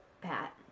Pat